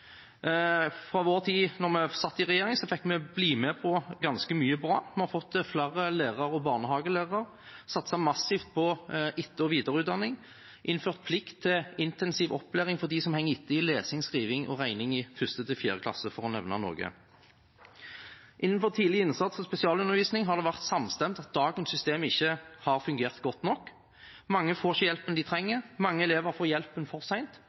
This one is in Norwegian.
vår tid, da vi satt i regjering, fikk vi bli med på ganske mye bra. Vi har fått flere lærere og barnehagelærere, satset massivt på etter- og videreutdanning og innført plikt til intensiv opplæring for dem som henger etter i lesing, skriving og regning i 1.–4. klasse, for å nevne noe. Innenfor tidlig innsats og spesialundervisning har det vært samstemmighet om at dagens system ikke har fungert godt nok. Mange får ikke den hjelpen de trenger, mange elever får hjelp for